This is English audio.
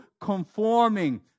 conforming